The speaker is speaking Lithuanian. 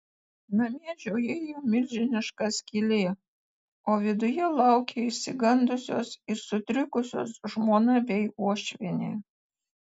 name žiojėjo milžiniška skylė o viduje laukė išsigandusios ir sutrikusios žmona bei uošvienė